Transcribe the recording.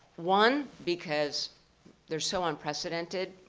one, because they're so unprecedented,